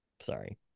sorry